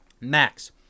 Max